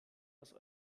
aus